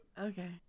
Okay